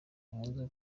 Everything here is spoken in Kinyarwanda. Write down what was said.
nkunze